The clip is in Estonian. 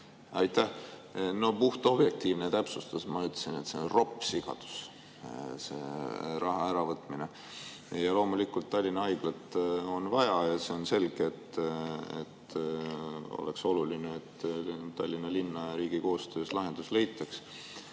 Aitäh! Puht objektiivne täpsustus: ma ütlesin, et see on ropp sigadus – see raha äravõtmine. Loomulikult on Tallinna Haiglat vaja ja see on selge, et on oluline, et Tallinna linna ja riigi koostöös lahendus leitaks.